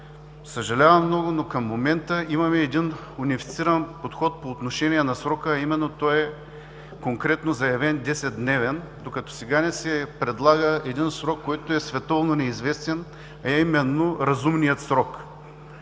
Съжалявам много, но към момента имаме един унифициран подход по отношение на срока, а именно той е конкретно заявен 10-дневен, докато сега се предлага срок, който е световно неизвестен, а именно „разумният срок“.